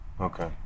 Okay